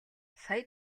сая